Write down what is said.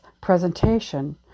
presentation